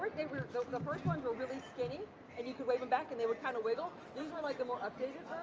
they were the first ones were really skinny and you could wave them back and they would kind of wiggle. these were like the more updated